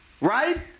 Right